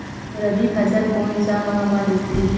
रबी फसल कोन सा माह म रथे?